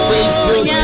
Facebook